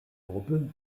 gruppe